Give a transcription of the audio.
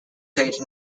located